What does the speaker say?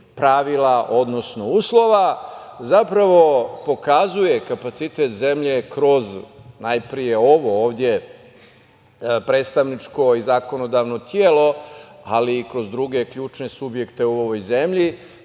pravila, odnosno uslova, zapravo pokazuje kapacitet zemlje kroz najpre ovo ovde predstavničko i zakonodavno telo, ali i kroz druge ključne subjekte u ovoj zemlji.